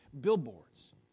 Billboards